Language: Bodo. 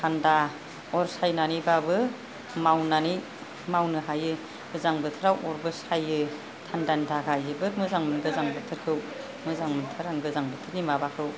थान्दा अर सायनानैबाबो मावनानै मावनो हायो गोजां बोथोराव अरबो सायो थान्दानि थाखाय जोबोद मोजां मोनो गोजां बोथोरखौ मोजां मोनथारो आं गोजां बोथोरनि माबाखौ